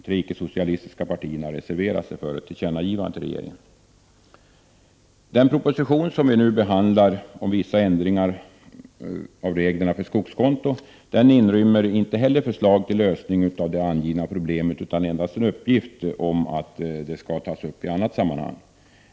De tre icke-socialistiska partierna reserverade sig för ett tillkännagivande för regeringen. Den proposition som nu behandlas, om vissa ändringar av reglerna för skogskonto, inrymmer inte förslag till lösning av det angivna problemet utan endast en uppgift om att det skall tas upp i annat sammanhang.